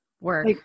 work